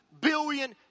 billion